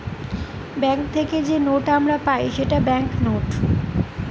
bank থেকে যে note আমরা পাই সেটা ব্যাঙ্ক নোট